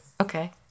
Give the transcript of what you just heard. okay